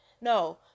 No